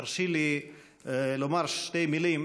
תרשי לי לומר שתי מילים,